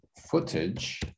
footage